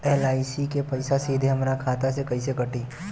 LIC के पईसा सीधे हमरा खाता से कइसे कटी?